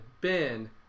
Ben